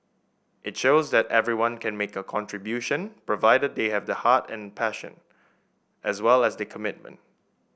it shows that everyone can make a contribution provided they have the heart and passion as well as the commitment